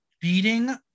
beating